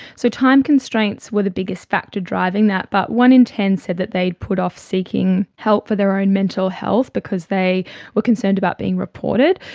so time constraints were the biggest factor driving that, but one in ten said they put off seeking help for their own mental health because they were concerned about being reported.